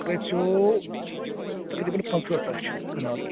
سُہ گژھیٚو تقریٖباً پنٛژہٲٹھ لَچھ کنال